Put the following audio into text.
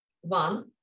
One